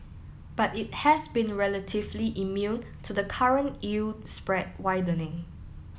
but it has been relatively immune to the current yield spread widening